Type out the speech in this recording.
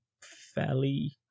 fairly